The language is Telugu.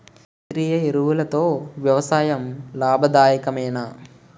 సేంద్రీయ ఎరువులతో వ్యవసాయం లాభదాయకమేనా?